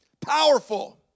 Powerful